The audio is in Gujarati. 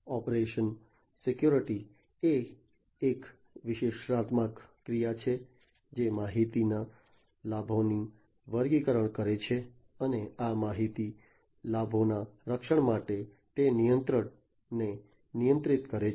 ઓપરેશન સિક્યોરિટી એ એક વિશ્લેષણાત્મક ક્રિયા છે જે માહિતીના લાભોનું વર્ગીકરણ કરે છે અને આ માહિતી લાભોના રક્ષણ માટે તે નિયંત્રણને નિયંત્રિત કરે છે